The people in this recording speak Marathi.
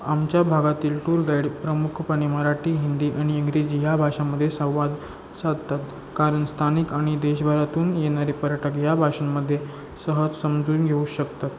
आमच्या भागातील टूर गाईड प्रमुखपणे मराठी हिंदी आणि इंग्रजी ह्या भाषांमध्ये संवाद साधतात कारण स्थानिक आणि देशभरातून येणारे पर्यटक या भाषांमध्ये सहज समजून घेऊ शकतात